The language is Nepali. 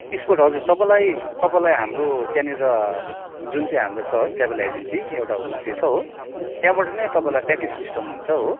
स्पोट हजुर तपाईँलाई तपाईँलाई हाम्रो त्यहाँनिर जुन चाहिँ हाम्रो छ ट्रयाभल एजेन्सी एउटा होमस्टे छ हो त्यहाँबाट नै तपाईँलाई प्याकेज सिस्टम हुन्छ हो